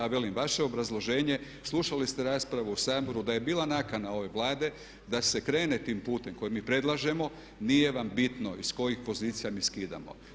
A velim, vaše obrazloženje, slušali ste raspravu u Saboru, da je bila nakana ove Vlade da se krene tim putem koji mi predlažemo, nije vam bitno iz kojih pozicija mi skidamo.